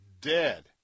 dead